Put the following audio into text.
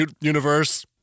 universe